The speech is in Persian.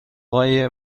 آقای